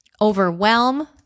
Overwhelm